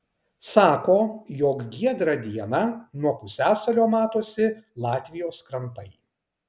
sako jog giedrą dieną nuo pusiasalio matosi latvijos krantai